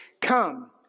come